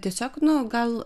tiesiog nu gal